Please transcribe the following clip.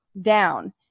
down